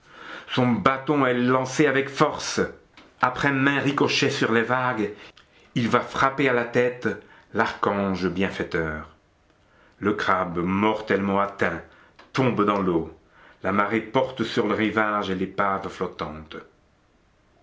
son bâton est lancé avec force après maints ricochets sur les vagues il va frapper à la tête l'archange bienfaiteur le crabe mortellement atteint tombe dans l'eau la marée porte sur le rivage l'épave flottante